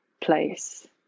place